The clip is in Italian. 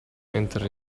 mentre